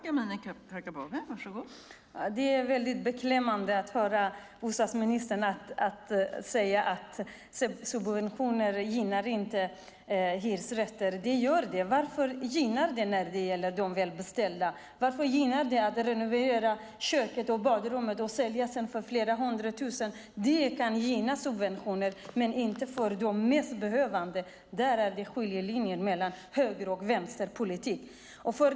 Fru talman! Det är beklämmande att höra bostadsministern säga att subventioner inte gynnar hyresrätter. Det gör de. Varför gynnar det när det gäller de välbeställda? Varför gynnar det när det gäller att renovera köket och badrummet och sedan sälja för flera hundra tusen? De välbeställda kan gynnas av subventioner, men de finns inte för de mest behövande. Där går skiljelinjen mellan höger och vänsterpolitik.